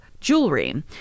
jewelry